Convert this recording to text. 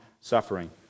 suffering